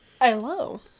Hello